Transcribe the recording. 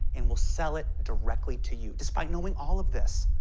and will sell it directly to you. despite knowing all of this,